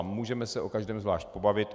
Můžeme se o každém zvlášť pobavit.